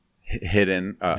hidden